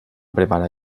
preparar